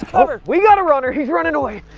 cover! we've got a runner! he's running away!